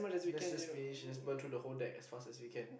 let's just finish let's burn through the whole deck as fast as we can